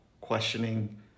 questioning